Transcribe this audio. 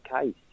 case